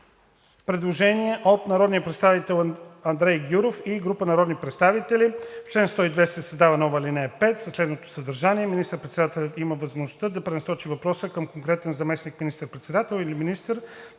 предложение на народния представител Андрей Гюров и група народни представители: „В чл. 102 се създава нова ал. 5 със следното съдържание: „Министър-председателят има възможността да пренасочи въпроса към конкретен заместник министър-председател или министър,